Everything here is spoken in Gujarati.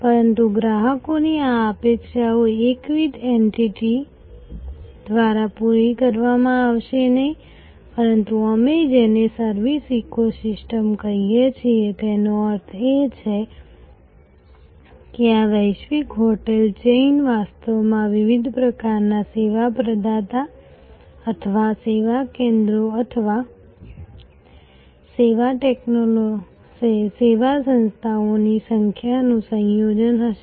પરંતુ ગ્રાહકોની આ અપેક્ષાઓ એકવિધ એન્ટિટી દ્વારા પૂરી કરવામાં આવશે નહીં પરંતુ અમે જેને સર્વિસ ઇકોસિસ્ટમ કહીએ છીએ તેનો અર્થ એ છે કે આ વૈશ્વિક હોટેલ ચેઇન વાસ્તવમાં વિવિધ પ્રકારના સેવા પ્રદાતા અથવા સેવા કેન્દ્રો અથવા સેવા સંસ્થાઓની સંખ્યાનું સંયોજન હશે